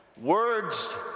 words